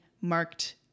marked